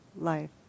life